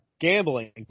gambling